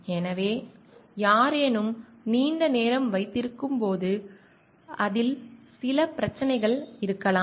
எனவே யாரேனும் நீண்ட நேரம் வைத்திருக்கும் போது அதில் சில பிரச்சனைகள் இருக்கலாம்